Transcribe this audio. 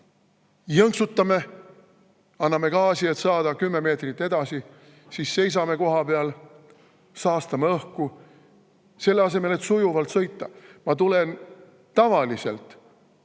Jõnksutame, anname gaasi, et saada kümme meetrit edasi, siis seisame kohapeal, saastame õhku, selle asemel et sujuvalt sõita. Ma tulen tavaliselt,